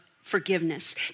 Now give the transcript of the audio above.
forgiveness